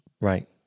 Right